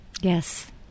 yes